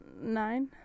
nine